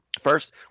first